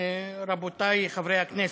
רבותי חברי הכנסת,